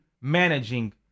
managing